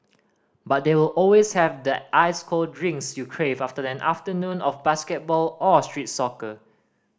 but they will always have that ice cold drinks you crave after an afternoon of basketball or street soccer